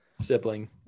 sibling